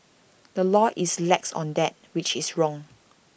the law is lax on that which is wrong